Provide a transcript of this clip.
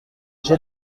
j’ai